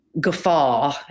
guffaw